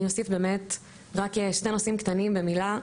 אני אוסיף באמת רק שני נושאים קטנים במילה.